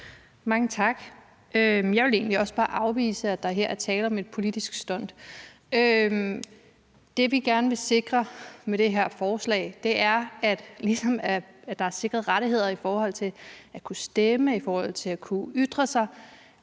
Mange tak. Jeg vil egentlig også bare afvise, at der her er tale om et politisk stunt. Det, vi gerne vil sikre med det her forslag, er, at ligesom man er sikret rettigheder i forhold til at kunne stemme og i forhold til at kunne ytre sig,